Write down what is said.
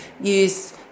use